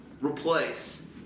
replace